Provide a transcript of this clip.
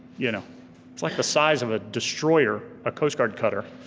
you know it's like the size of a destroyer, a coast guard cutter.